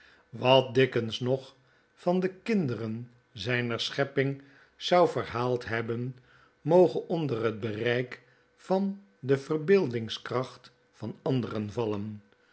wat dicken nog van dekinderen zper schepping zou verhaald hebben moge onder het bereik vande verbeeldingskracht van anderen vallen